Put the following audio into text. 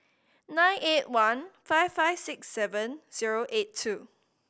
nine eight one five five six seven zero eight two